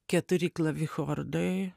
keturi klavichordai